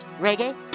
reggae